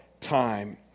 time